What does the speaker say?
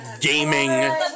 gaming